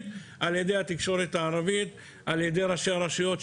באמצעות התקשורת הערבית ובאמצעות ראשי הרשויות,